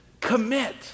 Commit